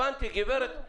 הבנתי, גברת.